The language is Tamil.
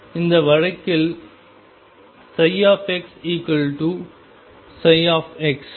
இந்த வழக்கில் xψ நினைவில் கொள்ளுங்கள்